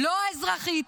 האזרחית,